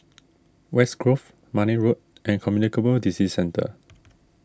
West Grove Marne Road and Communicable Disease Centre